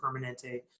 Permanente